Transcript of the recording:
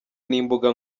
n’imbuga